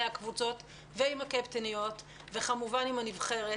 הקבוצות ועם הקפטניות וכמובן עם הנבחרת,